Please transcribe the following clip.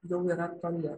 jau yra toli